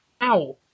Ow